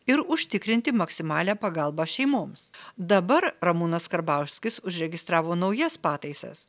ir užtikrinti maksimalią pagalbą šeimoms dabar ramūnas karbauskis užregistravo naujas pataisas